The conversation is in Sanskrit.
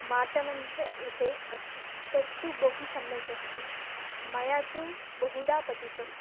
माटमन्त्रविषये अस्ति तत्तु बहु सम्यक् अस्ति मया तु बहुधा पठितम्